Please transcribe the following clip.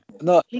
no